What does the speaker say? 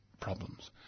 problems